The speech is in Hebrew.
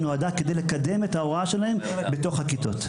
שנועדה כדי לקדם את ההוראה שלהם בתוך הכיתות.